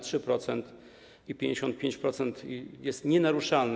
3% i 55% są nienaruszalne.